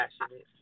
passionate